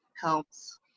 helps